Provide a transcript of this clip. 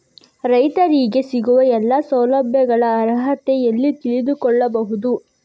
ರೈತರಿಗೆ ಸಿಗುವ ಎಲ್ಲಾ ಸೌಲಭ್ಯಗಳ ಅರ್ಹತೆ ಎಲ್ಲಿ ತಿಳಿದುಕೊಳ್ಳಬಹುದು?